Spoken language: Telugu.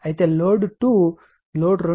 అయితే లోడ్ 2 0